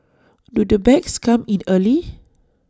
do the bags come in early